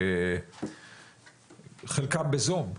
חלקם בזום,